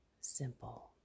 simple